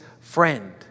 friend